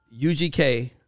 UGK